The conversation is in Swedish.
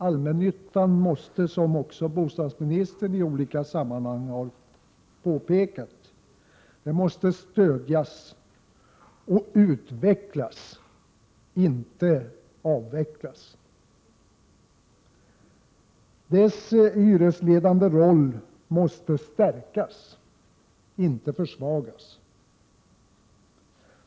Allmännyttan måste, som också bostadsministern i olika sammanhang har påpekat, stödjas och utvecklas —- inte avvecklas! Dess hyresledande roll måste stärkas — inte försvagas!